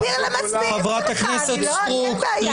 -- תסביר למצביעים שלך, לי אין בעיה.